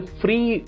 free